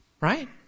Right